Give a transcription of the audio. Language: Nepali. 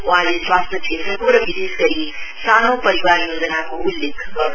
वहाँले स्वास्थ्य क्षेत्रको र विशेष गरी सानो परिवार योजनाको उल्लेख गर्न् भयो